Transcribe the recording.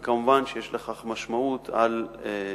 כי כמובן יש לכך משמעות בנושא